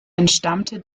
entstammte